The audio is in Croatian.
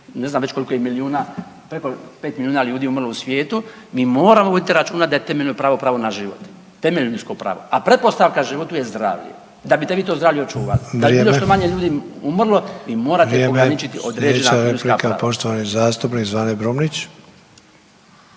ne znam već koliko je milijuna, preko 5 milijuna ljudi je umrlo u svijetu, mi moramo voditi računa da je temeljno pravo pravo na život, temeljno ljudsko pravo, a pretpostavka životu je zdravlje da bite vi to zdravlje očuvali …/Upadica: Vrijeme/…da bi što manje ljudi umrlo vi morate ograničit određena ljudska prava. **Sanader, Ante (HDZ)** Slijedeća replika poštovani zastupnik Zvane Brumnić.